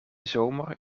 zomer